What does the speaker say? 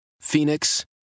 phoenix